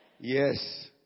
Yes